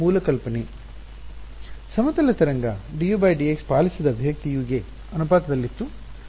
ಸಮತಲ ತರಂಗ dudx ಪಾಲಿಸಿದ ಅಭಿವ್ಯಕ್ತಿ u ಗೆ ಅನುಪಾತದಲ್ಲಿತ್ತು